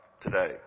today